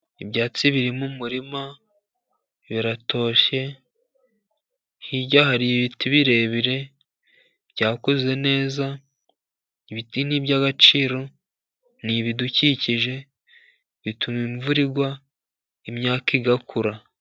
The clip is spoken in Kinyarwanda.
Ibyatsi biri mu murima biratoshye, hirya hari ibiti birebire byakuze neza. Ibiti ni iby'agaciro, ni ibidukikije bituma imvura igwa, imyaka igakura.